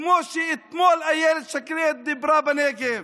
כמו שאתמול אילת שקד דיברה בנגב: